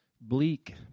Bleak